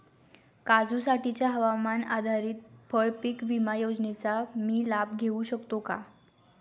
काजूसाठीच्या हवामान आधारित फळपीक विमा योजनेचा मी लाभ घेऊ शकतो का?